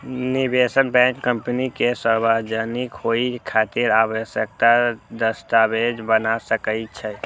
निवेश bank company के सार्वजनिक होइ खातिर आवश्यक दस्तावेज बना सकै छै